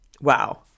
wow